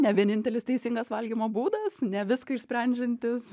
ne vienintelis teisingas valgymo būdas ne viską išsprendžiantis